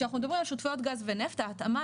כשאנחנו מדברים על שותפויות גז ונפט ההתאמה